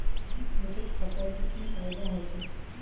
बचत खाता से की फायदा होचे?